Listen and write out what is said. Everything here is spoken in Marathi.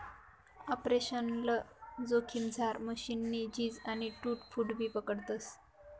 आपरेशनल जोखिममझार मशीननी झीज आणि टूट फूटबी पकडतस